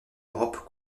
europe